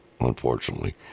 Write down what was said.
unfortunately